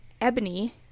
ebony